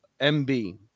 MB